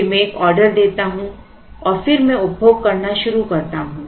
फिर मैं एक ऑर्डर देता हूं और फिर मैं उपभोग करना शुरू करता हूं